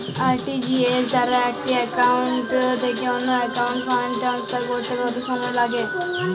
RTGS দ্বারা এক account থেকে অন্য একাউন্টে ফান্ড ট্রান্সফার করতে কত সময় লাগে?